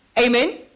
Amen